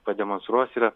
pademonstruos yra